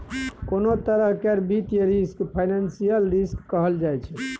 कोनों तरह केर वित्तीय रिस्क फाइनेंशियल रिस्क कहल जाइ छै